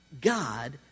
God